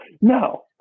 No